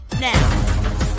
now